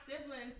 siblings